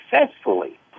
successfully